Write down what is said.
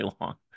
long